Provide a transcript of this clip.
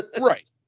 Right